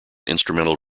instrumental